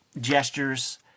gestures